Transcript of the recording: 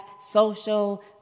social